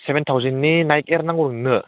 seven थावजेननि नाइक एयार नांगौ नोंनो